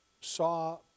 saw